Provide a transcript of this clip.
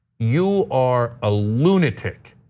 you are a lunatic.